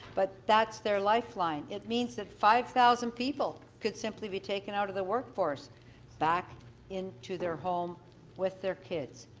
but that's their lifeline. it means that five thousand people could simply be taken out of the workforce back into their home with their kids.